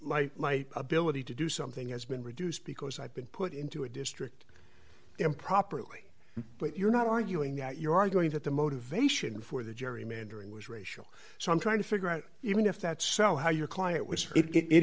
light light ability to do something has been reduced because i've been put into a district improperly but you're not arguing that you're arguing that the motivation for the gerrymandering was racial so i'm trying to figure out even if that's so how your client was it i